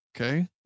Okay